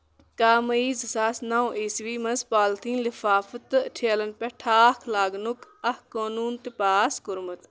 کاہہ میی زٕ ساس نو اِیٖسویس منٛز پالیٖتھیٖن لِفافہٕ تہٕ ٹھیلن پٮ۪ٹھ تھاکھ لاگنُک اکھ قٲنوٗن تہِ پاس کوٚرمُت